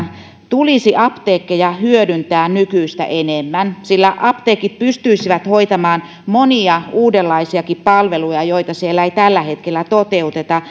tulisi apteekkeja hyödyntää nykyistä enemmän sillä apteekit pystyisivät hoitamaan monia uudenlaisiakin palveluja joita siellä ei tällä hetkellä toteuteta